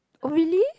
oh really